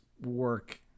work